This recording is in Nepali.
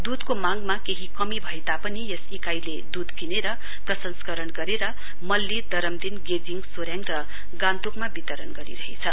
दूधको मांगमा केही कमी भए तापनि यस इकाइले दूध किनेर प्रंसस्करण गरेर मल्ली दरमदीन गेजीङ सोरेङ र गान्तोकमा वितरण गरिरहेछ